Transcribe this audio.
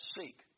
seek